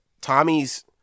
Tommy's